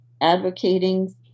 advocating